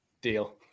Deal